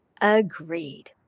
Agreed